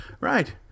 Right